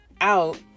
out